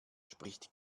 spricht